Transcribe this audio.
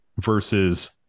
versus